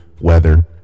weather